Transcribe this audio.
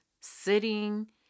sitting